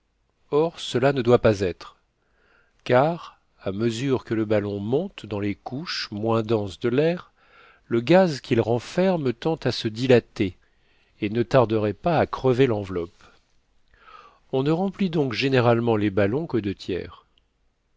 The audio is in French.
or cela ne doit pas être car à mesure que le ballon monte dans les couches moins denses de l'air le gaz qu'il renferme tend à se dilater et ne tarderait pas à crever l'enveloppe on ne remplit donc généralement les ballons qu'aux deux tiers